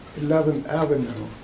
eleventh avenue.